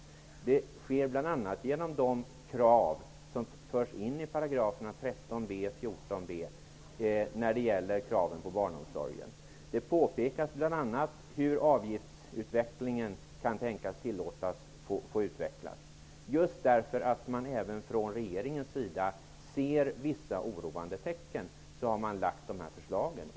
Det sker bl.a. med hjälp av de krav på barnomsorgen som förs in i paragraferna 13b och 14b. Där ges riktlinjer för hur avgifterna får utvecklas. Just för att regeringen ser vissa oroande tecken, har regeringen lagt fram dessa förslag.